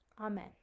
Amen